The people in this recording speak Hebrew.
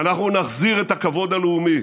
אנחנו נחזיר את הכבוד הלאומי: